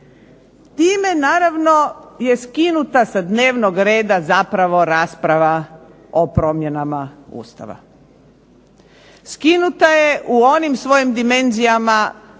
Time naravno je skinuta sa dnevnog reda rasprava o promjenama Ustava. Skinuta je u onim svojim dimenzijama